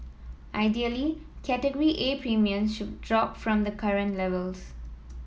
ideally Category A premiums should drop from the current levels